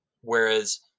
Whereas